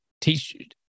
teach